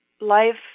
life